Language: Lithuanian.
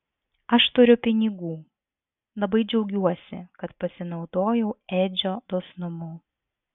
aš turiu pinigų labai džiaugiuosi kad pasinaudojau edžio dosnumu